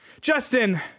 Justin